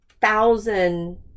thousand